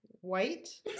white